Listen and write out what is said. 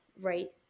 right